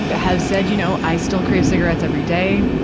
but have said, you know, i still crave cigarettes every day.